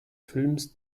films